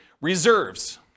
reserves